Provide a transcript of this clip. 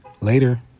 Later